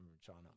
China